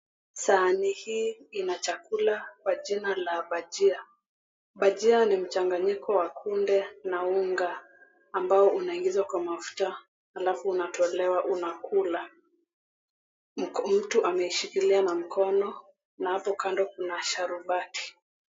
Sahani hii ina chakula kwa jina la bajia. Bajia ni mchanganyiko wa kunde na unga, ambao unaingizwa kwa mafuta, halafu unatolewa unakula. Mtu ameshikilia na mkono na hapo kando kuna sharubati.